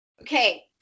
okay